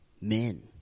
men